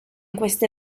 queste